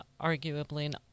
arguably